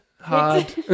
hard